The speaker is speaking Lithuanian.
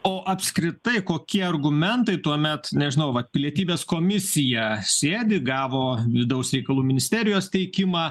o apskritai kokie argumentai tuomet nežinau vat pilietybės komisija sėdi gavo vidaus reikalų ministerijos teikimą